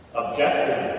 objective